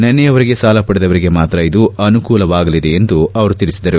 ನಿನ್ನೆಯವರೆಗೆ ಸಾಲ ಪಡೆದವರಿಗೆ ಮಾತ್ರ ಇದು ಅನುಕೂಲವಾಗಲಿದೆ ಎಂದು ಅವರು ತಿಳಿಸಿದರು